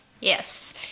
Yes